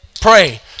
Pray